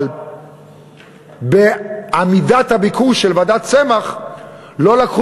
אבל בעמודת הביקוש של ועדת צמח לא הביאו